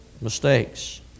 mistakes